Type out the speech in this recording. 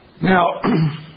Now